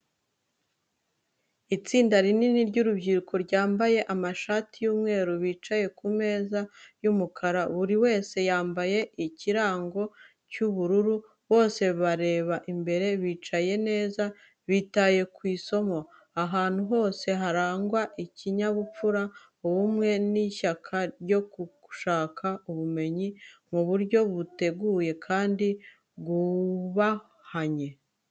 Itsinda rinini ry’urubyiruko ryambaye amashati y’umweru bicaye ku meza y’umukara, buri wese yambaye ikirango cy’ubururu. Bose bareba imbere, bicaye neza, bitaye ku isomo. Ahantu hose harangwa n’ikinyabupfura, ubumwe, n’ishyaka ryo gushaka ubumenyi mu buryo buteguye, kandi bwubahanye.